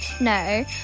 No